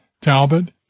Talbot